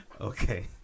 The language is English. Okay